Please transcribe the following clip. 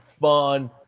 fun